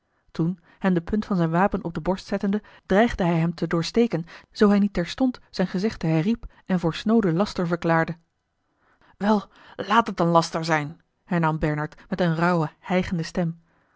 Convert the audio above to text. toen hem de punt van zijn wapen op de borst zettende dreigde hij hem te doorsteken zoo hij niet terstond zijn gezegde herriep en voor snooden laster verklaarde wel laat het dan laster zijn hernam bernard met eenerauwe hijgende stem